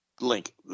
link